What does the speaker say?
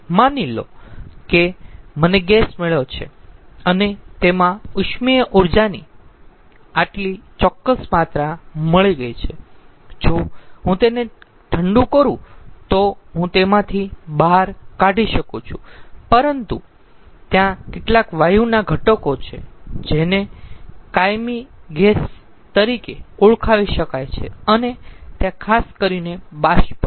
માની લો કે મને ગેસ મળ્યો છે અને તેમાં ઉષ્મીય ઊર્જાની આટલી ચોક્કસ માત્રા મળી ગઈ છે જો હું તેને ઠંડુ કરું તો હું તેમાંથી બહાર કાઢી શકું છું પરંતુ શું થશે ત્યાં કેટલાક વાયુના ઘટકો છે જેને કાયમી ગેસ તરીકે ઓળખાવી શકાય છે અને ત્યાં ખાસ કરીને બાષ્પ છે